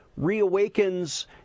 reawakens